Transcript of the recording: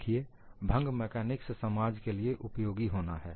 देखिए भंग मेकानिक्स समाज के लिए उपयोगी होना है